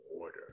order